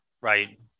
right